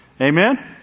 Amen